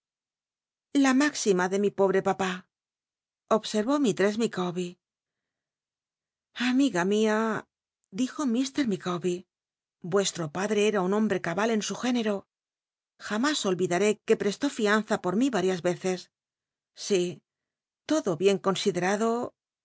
la m íxima de mi pobre papá observó mistress ilicawber amiga mia dijo m micawbcr vuestro padre era un hombre cabal en su génci'o jamás olvidaré que pcstó fianza por mi arias reces si todo bien considemdo